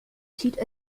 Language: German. zieht